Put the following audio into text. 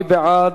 מי בעד?